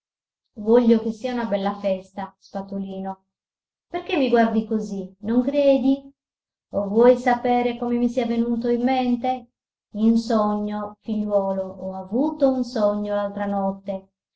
voglio che sia una bella festa spatolino perché mi guardi così non credi o vuoi sapere come mi sia venuto in mente in sogno figliuolo ho avuto un sogno l'altra notte